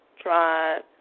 tried